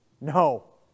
No